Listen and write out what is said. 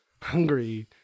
hungry